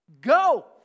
Go